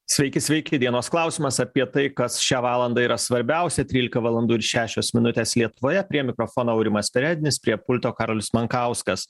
sveiki sveiki dienos klausimas apie tai kas šią valandą yra svarbiausia trylika valandų ir šešios minutės lietuvoje prie mikrofono aurimas perednis prie pulto karolis mankauskas